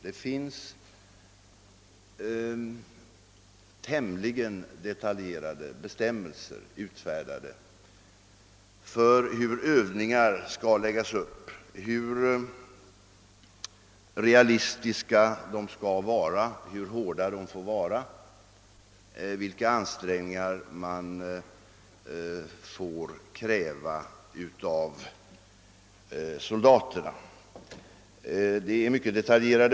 Det finns tämligen ingående bestämmelser utfärdade för hur militära övningar skall läggas upp: hur realistiska de bör vara, hur hårda de får vara, vilka ansträngningar man har rätt att kräva av soldaterna.